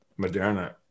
Moderna